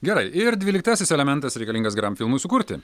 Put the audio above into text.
gerai ir dvyliktasis elementas reikalingas geram filmui sukurti